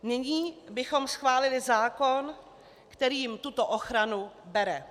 Nyní bychom schválili zákon, který jim tuto ochranu bere.